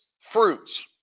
fruits